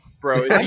bro